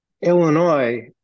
Illinois